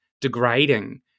degrading